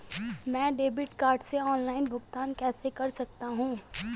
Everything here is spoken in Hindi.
मैं डेबिट कार्ड से ऑनलाइन भुगतान कैसे कर सकता हूँ?